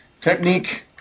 Technique